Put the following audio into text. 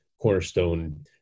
cornerstone